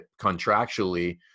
contractually